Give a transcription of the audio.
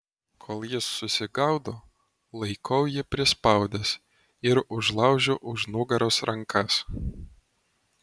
kol jis susigaudo laikau jį prispaudęs ir užlaužiu už nugaros rankas